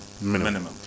minimum